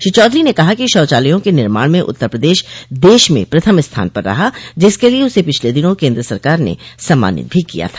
श्री चौधरी ने कहा कि शौचालयों के निर्माण में उत्तर प्रदेश देश में प्रथम स्थान पर रहा जिसके लिए उसे पिछले दिनों केन्द्र सरकार ने सम्मानित भी किया था